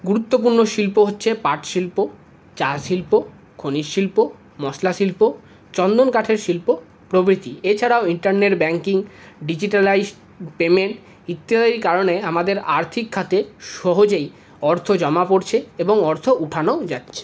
গুরুত্বপূর্ণ শিল্প হচ্ছে পাট শিল্প চা শিল্প খনিজ শিল্প মশলা শিল্প চন্দন কাঠের শিল্প প্রভৃতি এছাড়াও ইন্টারনেট ব্যাংকিং ডিজিটালাইজড পেমেন্ট ইত্যাদির কারণে আমাদের আর্থিক খাতে সহজেই অর্থ জমা পড়ছে এবং অর্থ ওঠানোও যাচ্ছে